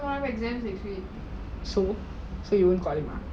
when I call you you also like